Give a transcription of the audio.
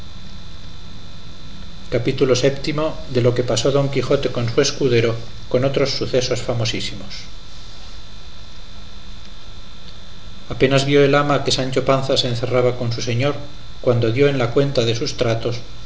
capítulo vii de lo que pasó don quijote con su escudero con otros sucesos famosísimos apenas vio el ama que sancho panza se encerraba con su señor cuando dio en la cuenta de sus tratos